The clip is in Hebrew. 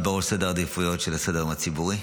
בראש סדר העדיפויות של סדר-היום הציבורי,